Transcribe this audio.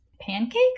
pancake